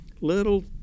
little